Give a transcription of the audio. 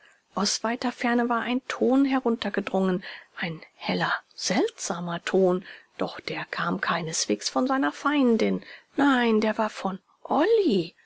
aus weiter ferne war ein ton heruntergedrungen ein heller seltsamer ton doch der kam keineswegs von seiner feindin nein der war von olly